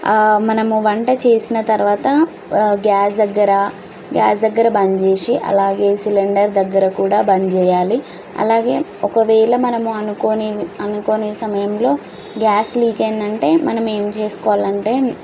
మనం వంట చేసిన తర్వాత గ్యాస్ దగ్గర గ్యాస్ దగ్గర బంద్ చేసి అలాగే సిలిండర్ దగ్గర కూడా బంద్ చెయ్యాలి అలాగే ఒకవేళ మనం అనుకోని అనుకోని సమయంలో గ్యాస్ లీక్ అయిందంటే మనం ఏం చేసుకోవాలంటే